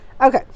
Okay